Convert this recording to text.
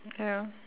ya